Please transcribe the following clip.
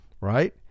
Right